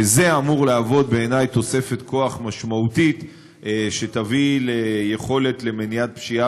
שזה אמור להיות בעיני תוספת כוח משמעותית שתביא ליכולת למניעת פשיעה